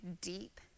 deep